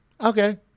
Okay